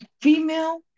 female